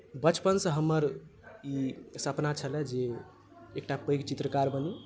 बचपनसँ हमर ई सपना छलए जे एकटा पैघ चित्रकार बनी